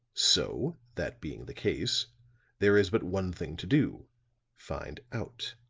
so that being the case there is but one thing to do find out.